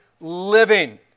living